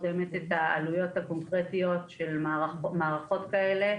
את העלויות הקונקרטיות של מערכות כאלה,